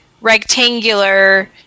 rectangular